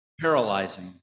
paralyzing